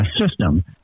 system